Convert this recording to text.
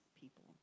people